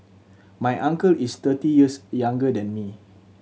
my uncle is thirty years younger than me